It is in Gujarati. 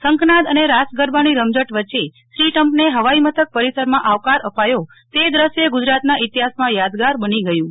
શંખનાદ અને રસ ગરબા ની રમઝટ વચ્ચે શ્રી ટ્રમ્પને હવાઈ મથક પરિસર માં આવકાર અપાયો તે દ્રશ્ય ગુજરાત ના ઇતિહાસ માં યાદગાર બની ગયું છે